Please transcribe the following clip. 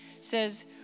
says